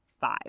five